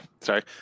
sorry